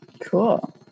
Cool